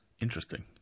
interesting